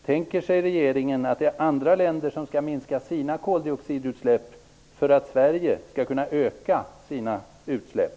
Tänker sig regeringen att andra länder skall minska sina koldioxidutsläpp för att Sverige skall kunna öka sina utsläpp?